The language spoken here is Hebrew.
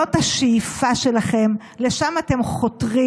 זאת השאיפה שלכם, לשם אתם חותרים.